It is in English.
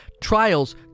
Trials